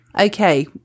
okay